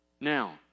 Now